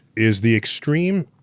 is the extreme